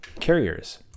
Carriers